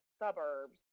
suburbs